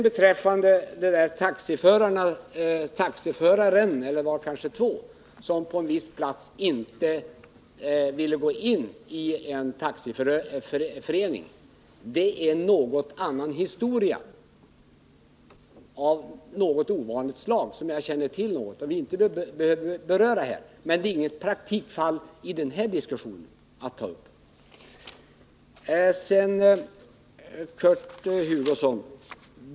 Beträffande taxiföraren eller taxiförarna, det var kanske två, som inte ville gå in i en taxiförening vill jag säga att detta är en något annan och ovanlig historia, som vi inte behöver beröra i detta sammanhang. Det är inget fall att ta upp i den här diskussionen.